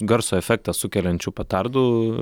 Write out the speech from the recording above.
garso efektą sukeliančių petartdų